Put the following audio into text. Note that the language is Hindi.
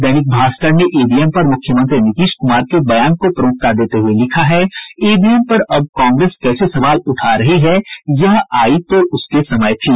दैनिक भास्कर ने ईवीएम पर मुख्यमंत्री नीतीश कुमार के बयान को प्रमुखता देते हुए लिखा है ईवीएम पर अब कांग्रेस कैसे सवाल उठा रही है यह आयी तो उसके समय थी